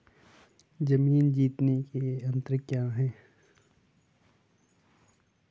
जमीन जोतने के यंत्र क्या क्या हैं?